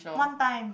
one time